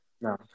No